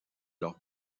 leur